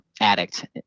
addict